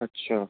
अच्छा